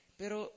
pero